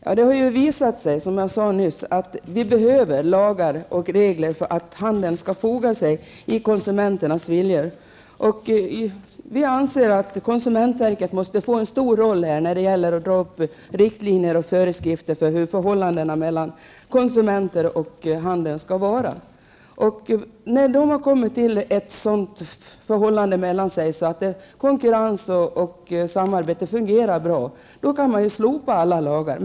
Herr talman! Som jag sade nyss har det visat sig att vi behöver lagar och regler för att handeln skall foga sig i konsumenternas viljor. Vi anser att konsumentverket måste få en stor roll när det gäller att dra upp riktlinjer och utfärda föreskrifter för hur förhållandena mellan konsumenterna och handeln skall vara. När konkurrensen och samarbetet fungerar bra kan man ju slopa alla lagar.